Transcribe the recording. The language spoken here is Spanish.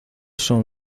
son